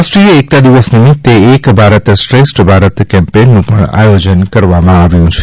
રાષ્ટ્રીય એકતા દિવસ નિમિત્તે એક ભારત શ્રેષ્ઠ ભારત કેમ્પેઈનનું આયોજન કરવામાં આવ્યું છે